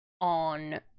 on